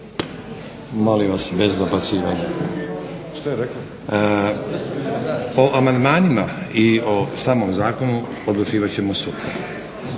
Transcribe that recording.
O amandmanima i o samom zakonu odlučivat ćemo sutra.